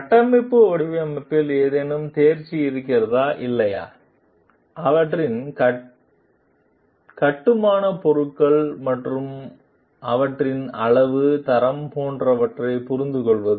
கட்டமைப்பு வடிவமைப்பில் ஏதேனும் தேர்ச்சி இருக்கிறதா இல்லையா அவற்றின் கட்டுமானப் பொருட்கள் மற்றும் அவற்றின் அளவு தரம் போன்றவற்றைப் புரிந்துகொள்வது